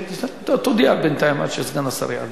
תודיע בינתיים עד שסגן השר יעלה.